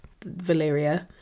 Valyria